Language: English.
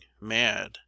mad